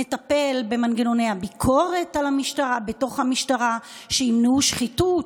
נטפל במנגנוני הביקורת בתוך המשטרה כך שימנעו שחיתות,